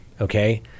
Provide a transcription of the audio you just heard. Okay